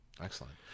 excellent